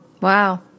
Wow